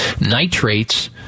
nitrates